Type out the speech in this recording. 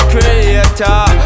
Creator